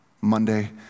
Monday